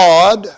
God